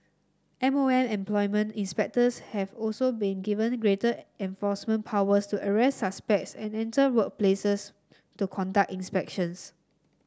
M O M employment inspectors have also been given greater enforcement powers to arrest suspects and enter workplaces to conduct inspections